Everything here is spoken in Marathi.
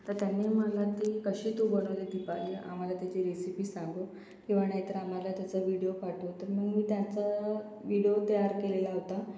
तर त्यांनी मला ती कशी तू बनवली दीपाली आम्हाला त्याची रेसिपी सांगव किंवा नाहीतर आम्हाला त्याचा विडिओ पाठव तर मग मी त्याचा विडिओ तयार केलेला होता